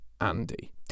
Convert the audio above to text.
Andy